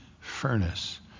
furnace